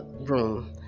room